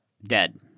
Dead